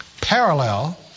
parallel